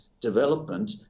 development